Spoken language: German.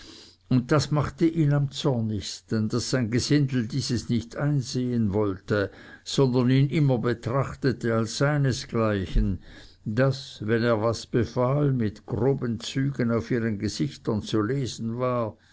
und das machte ihn am zornigsten daß sein gesindel dieses nicht einsehen wollte sondern ihn immer betrachtete als seinesgleichen daß wenn er was befahl mit groben zügen auf ihren gesichtern zu lesen war